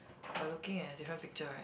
we are looking at different picture right